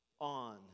on